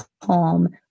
calm